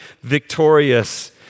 victorious